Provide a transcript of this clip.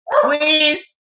Please